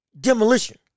demolition